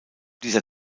dieser